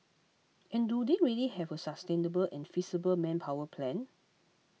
and do they really have a sustainable and feasible manpower plan